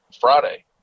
Friday